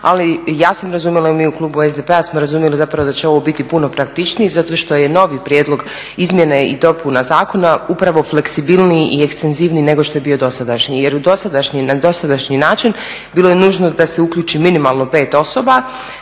ali ja sam razumjela i mi u klubu SDP-a smo razumjeli zapravo da će ovo biti puno praktičniji zato što je novi prijedlog izmjene i dopune zakona upravo fleksibilniji i ekstenzivniji nego što je bio dosadašnji nego što je bio dosadašnji. Jer u dosadašnjem, na dosadašnji način bilo je nužno da se uključi minimalno 5 osoba